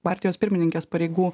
partijos pirmininkės pareigų